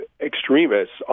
extremists